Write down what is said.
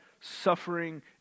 suffering